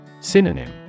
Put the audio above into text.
Synonym